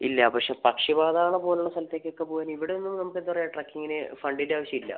ഇല്ല പക്ഷേ പക്ഷിപാതാളം പോലുള്ള സ്ഥലത്തേക്കൊക്കെ പോവാൻ ഇവിടെയൊന്നും നമുക്ക് എന്താ പറയാ ട്രക്കിങ്ങിന് ഫണ്ടിൻ്റെ ആവശ്യമില്ല